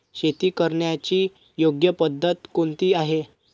शेती करण्याची योग्य पद्धत कोणती आहे?